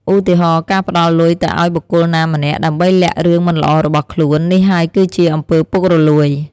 ឧទាហរណ៍ ការផ្តល់លុយទៅឱ្យបុគ្គលណាម្នាក់ ដើម្បីលាក់រឿងមិនល្អរបស់ខ្លួន នេះហើយគឺជាអំពើពុករលួយ។